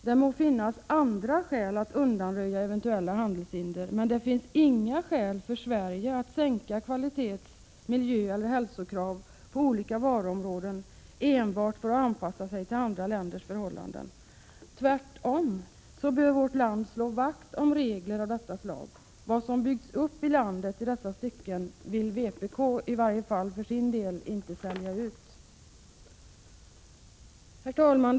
Det må finnas andra skäl att undanröja eventuella handelshinder, men det finns ingen anledning för oss i Sverige att sänka kvalitets-, miljöeller hälsokrav på olika varuområden enbart för att vi skall anpassa oss till andra länders förhållanden. Vårt land bör tvärtom slå vakt om regler av det slag vi har. Vad som i dessa stycken byggts upp i landet vill i varje fall vpk för sin del inte sälja ut. Herr talman!